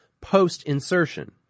post-insertion